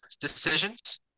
decisions